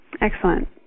Excellent